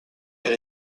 elle